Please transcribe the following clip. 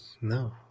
No